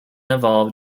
evolved